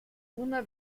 una